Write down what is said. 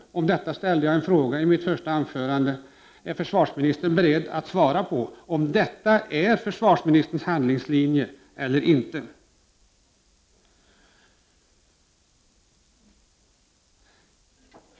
Om detta ställde jag en fråga i mitt första anförande: Är försvarsministern beredd att svara på om detta är försvarsministerns handlingslinje eller inte?